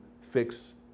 fix